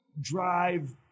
drive